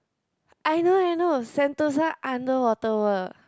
I know I know Sentosa underwater world